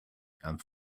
and